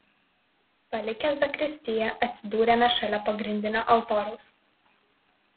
palikę zakristiją atsidūrėme šalia pagrindinio altoriaus